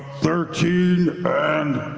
thirteen and